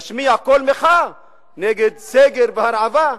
להשמיע קול מחאה נגד סגר והרעבה,